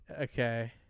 Okay